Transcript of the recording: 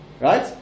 Right